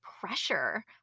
pressure